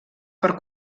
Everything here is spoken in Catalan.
per